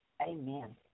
Amen